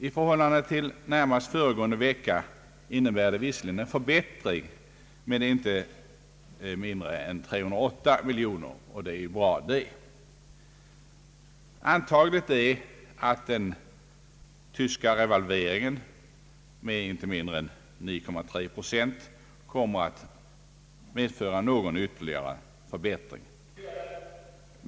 I förhållande till närmast föregående vecka innebär det visserligen en förbättring med 308 miljoner kronor, och det är ju bra. Antagligt är att den tyska revalveringen med inte mindre än 9,3 procent kommer att medföra någon ytterligare förbättring.